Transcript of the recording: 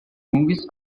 movies